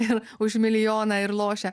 ir už milijoną ir lošia